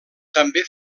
també